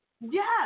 Yes